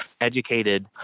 educated